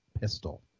Pistol